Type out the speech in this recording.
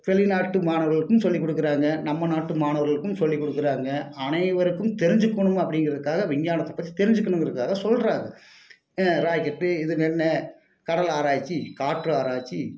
வெளிநாட்டு மாணவர்களுக்கும் சொல்லிக் கொடுக்குறாங்க நம்ம நாட்டு மாணவர்களுக்கும் சொல்லிக் கொடுக்குறாங்க அனைவருக்கும் தெரிஞ்சுக்கோணும் அப்படிங்கிறதுக்காக விஞ்ஞானத்தைப் பற்றி தெரிஞ்சுக்கணுங்கிறதுக்காக சொல்கிறாரு என்ன ராக்கெட்டு இது என்ன கடல் ஆராய்ச்சி காற்று ஆராய்ச்சி